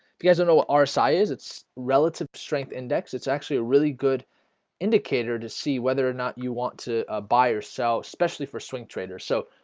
but guys know ah rsi is its relative strength index. it's actually a really good indicator to see whether or not you want to ah buy or sell especially for swing traders, so